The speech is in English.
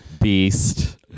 Beast